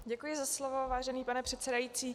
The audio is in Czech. Děkuji za slovo, vážený pane předsedající.